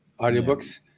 Audiobooks